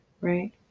right